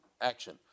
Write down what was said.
action